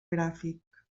gràfic